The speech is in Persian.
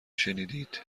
شنیدید